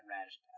radish